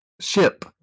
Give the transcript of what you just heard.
ship